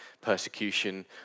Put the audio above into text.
persecution